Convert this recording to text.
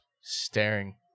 staring